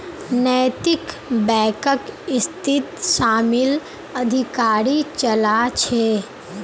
नैतिक बैकक इसीत शामिल अधिकारी चला छे